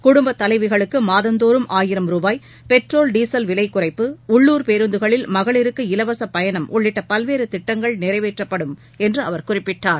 குடும்பத் தலைவிகளுக்குமாதந்தோறும் ஆயிரம் ருபாய் பெட்ரோல் டீசல் விலைக்குறைப்பு உள்ளூர் பேருந்துகளில் மகளிருக்கு இலவசுப் பயணம் உள்ளிட்டபல்வேறுதிட்டங்கள் நிறைவேற்றப்படும் என்றுஅவர் குறிப்பிட்டார்